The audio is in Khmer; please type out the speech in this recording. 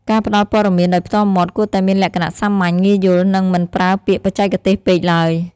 ការផ្តល់ព័ត៌មានដោយផ្ទាល់មាត់គួរតែមានលក្ខណៈសាមញ្ញ ងាយយល់ និងមិនប្រើពាក្យបច្ចេកទេសពេកឡើយ។